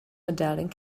medaling